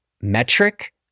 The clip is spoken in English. metric